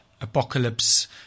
apocalypse